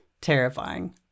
terrifying